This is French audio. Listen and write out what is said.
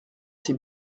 c’est